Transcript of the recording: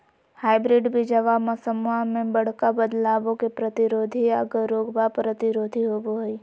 hybrid बीजावा मौसम्मा मे बडका बदलाबो के प्रतिरोधी आ रोगबो प्रतिरोधी होबो हई